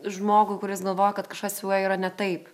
žmogų kuris galvoja kad kažkas su juo yra ne taip